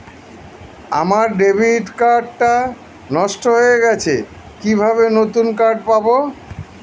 আমার debit card টা নষ্ট হয়ে গেছে কিভাবে নতুন কার্ড পাব?